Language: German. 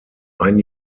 ein